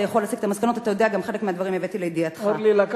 אתה יכול להסיק את המסקנות.